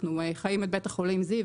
אנחנו חיים את בית החולים זיו,